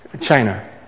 China